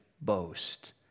boast